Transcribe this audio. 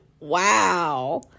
Wow